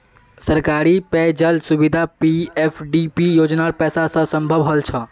सरकारी पेय जल सुविधा पीएफडीपी योजनार पैसा स संभव हल छ